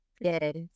Yes